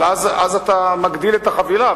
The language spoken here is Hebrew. אבל אז אתה מגדיל את החבילה,